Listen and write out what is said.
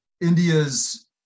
India's